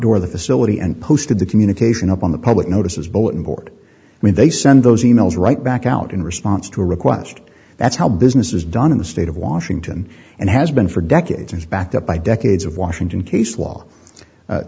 of the facility and posted the communication up on the public notices bulletin board when they send those e mails right back out in response to a request that's how business is done in the state of washington and has been for decades is backed up by decades of washington case law